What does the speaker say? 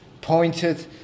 Pointed